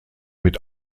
mit